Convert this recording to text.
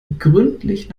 gründlich